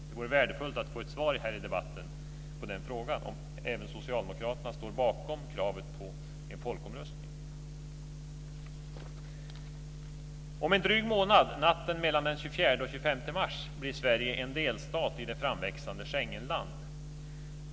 Det vore värdefullt att få ett svar i debatten på den frågan. Står även socialdemokraterna bakom kravet på en folkomröstning? mars - blir Sverige en delstat i det framväxande Schengenland.